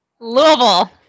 Louisville